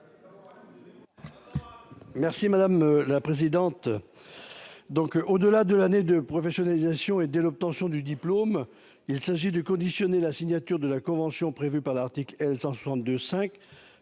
M. Jean-Luc Fichet. Au-delà de l'année de professionnalisation et dès l'obtention du diplôme, il s'agit de conditionner la signature de la convention prévue par l'article L. 162-5